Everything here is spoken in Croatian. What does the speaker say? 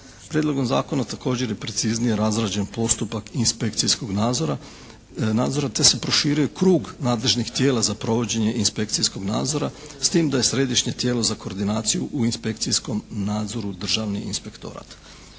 Prijedlogom zakona također je preciznije razrađen postupak inspekcijskog nadzora te se proširuje krug nadležnih tijela za provođenje inspekcijskog nadzora s tim da je središnje tijelo za koordinaciju u inspekcijskom nadzoru Državni inspektorat.